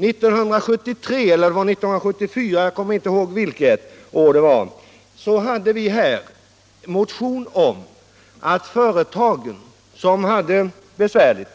År 1973 och 1974 motionerade vi om att företag som hade det ekonomiskt besvärligt